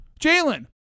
Jalen